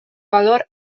valor